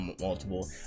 multiple